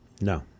No